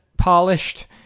polished